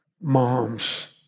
moms